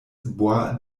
bois